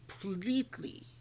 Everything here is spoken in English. completely